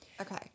Okay